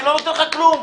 אני לא נותן לך כלום.